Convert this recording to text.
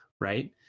right